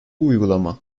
uygulama